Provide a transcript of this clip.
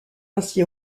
ainsi